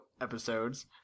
episodes